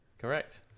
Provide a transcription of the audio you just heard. correct